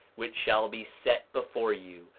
which shall be set before you,